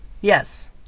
yes